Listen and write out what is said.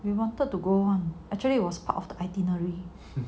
we wanted to go one actually was part of the itinerary